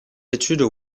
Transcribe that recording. études